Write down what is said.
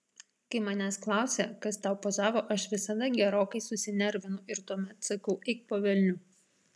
kai manęs klausia kas tau pozavo aš visada gerokai susinervinu ir tuomet sakau eik po velnių